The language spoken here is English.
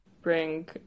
bring